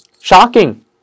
Shocking